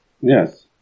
yes